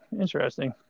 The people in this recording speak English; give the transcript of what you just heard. Interesting